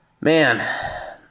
man